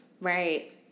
Right